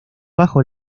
bajo